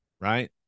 right